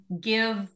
give